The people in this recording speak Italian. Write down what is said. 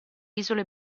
isole